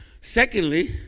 Secondly